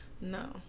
No